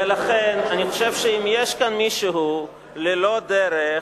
ולכן, אני חושב שאם יש כאן מישהו ללא דרך,